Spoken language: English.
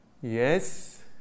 Yes